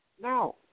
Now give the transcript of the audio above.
No